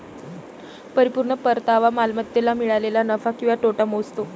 परिपूर्ण परतावा मालमत्तेला मिळालेला नफा किंवा तोटा मोजतो